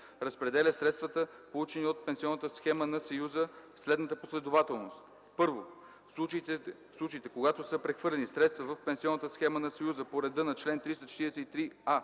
разпределя средствата, получени от пенсионната схема на Съюза, в следната последователност: 1. в случаите, когато са прехвърлени средства в пенсионната схема на Съюза по реда на чл. 343а,